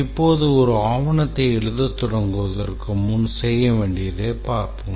இப்போது ஒரு ஆவணத்தை எழுதத் தொடங்குவதற்கு முன்னர் செய்ய வேண்டியதை பார்ப்போம்